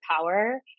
power